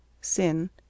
Sin